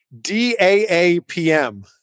D-A-A-P-M